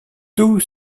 tous